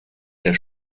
der